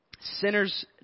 sinners